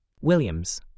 Williams